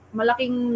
malaking